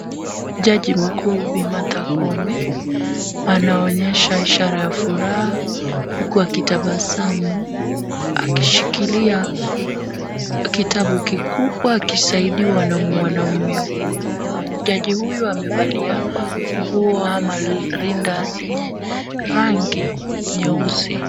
Jaji mkuu Bi . Martha Koome anaonyesha ishara ya furaha huku akitabasamu akishikilia kitabu kikubwa akisaidiwa na mwanaume huyu. Jaji huyu amevalia nguo ama rinda lenye rangi nyeusi.